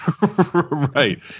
Right